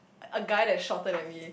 a guy that's shorter than me